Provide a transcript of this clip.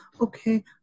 okay